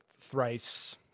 thrice